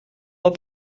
pas